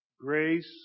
Grace